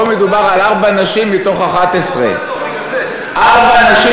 פה מדובר על ארבע נשים מתוך 11. ארבע נשים